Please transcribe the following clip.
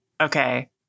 Okay